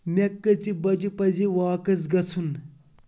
مےٚ کٔژِ بجہِ پَزِ واکَس گَژھُن